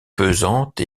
pesante